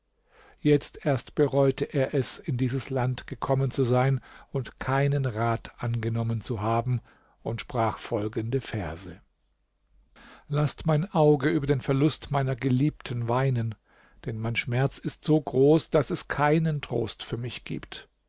jetzt erst bereute er es in dieses land gekommen zu sein und keinen rat angenommen zu haben und sprach folgende verse laßt mein auge über den verlust meiner geliebten weinen denn mein schmerz ist so groß daß es keinen trost für mich gibt